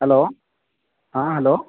hello ହଁ hello